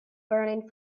burning